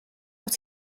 wyt